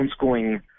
Homeschooling